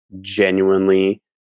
genuinely